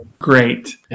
great